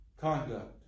conduct